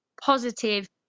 positive